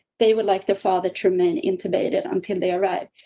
they would like the father treatment intubated until they arrived.